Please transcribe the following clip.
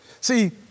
see